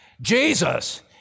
Jesus